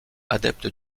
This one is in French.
adepte